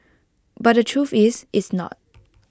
but the truth is it's not